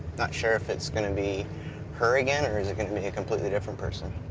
not sure if it's going to be her again or is it going to be a completely different person?